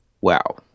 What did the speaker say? Wow